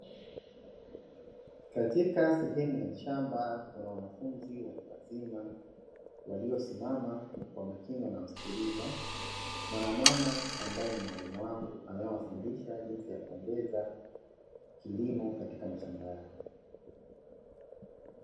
Katika sehemu ya shamba kuna wanafunzi watu wazima, waliosimama kwa makini wanamsikiliza, mwana mama ambaye ni mwalimu wao anaewafundisha jinsi ya kuongeza kilimo katika mashamba yao.